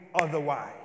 otherwise